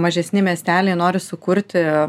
mažesni miesteliai nori sukurti